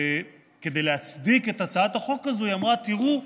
וכדי להצדיק את הצעת החוק הזו היא אמרה: תראו,